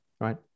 right